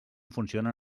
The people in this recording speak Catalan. funcionen